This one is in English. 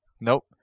Nope